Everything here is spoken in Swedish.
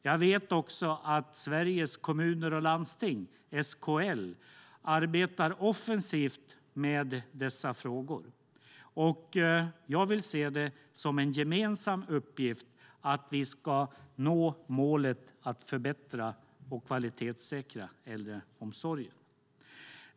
Jag vet att Sveriges Kommuner och Landsting, SKL, arbetar offensivt med dessa frågor. Jag vill se det som en gemensam uppgift att vi ska nå målet att förbättra och kvalitetssäkra äldreomsorgen.